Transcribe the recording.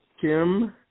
Kim